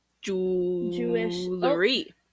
Jewelry